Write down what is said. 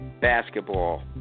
basketball